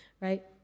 right